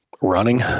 Running